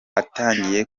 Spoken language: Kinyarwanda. atangiye